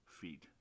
feet